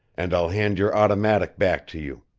and i'll hand your automatic back to you.